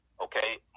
Okay